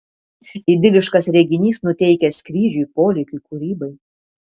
idiliškas reginys nuteikia skrydžiui polėkiui kūrybai